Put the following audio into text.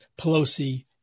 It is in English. Pelosi